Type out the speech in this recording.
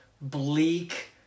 bleak